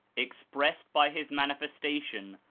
expressed by his manifestation,